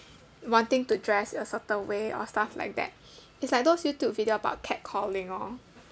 wanting to dress a certain way or stuff like that it's like those youtube video about catcalling lor